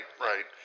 right